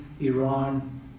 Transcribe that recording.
Iran